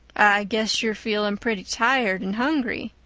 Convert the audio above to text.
guess you're feeling pretty tired and hungry,